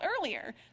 earlier